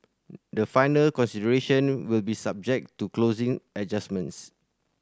the final consideration will be subject to closing adjustments